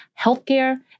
healthcare